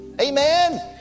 Amen